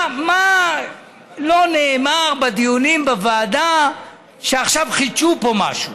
מה לא נאמר בדיונים בוועדה שעכשיו חידשו פה, משהו?